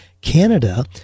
Canada